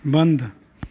बन्द